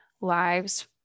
lives